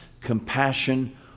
compassion